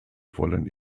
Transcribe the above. wollen